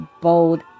bold